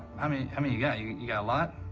how many i mean you got? you you got a lot?